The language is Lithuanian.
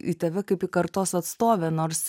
į tave kaip į kartos atstovę nors